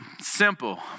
Simple